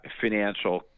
financial